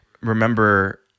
remember